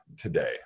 today